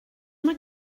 mae